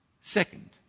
Second